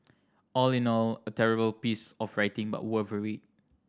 all in all a terrible piece of writing but worth a read